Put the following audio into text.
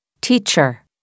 Teacher